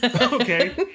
Okay